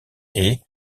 est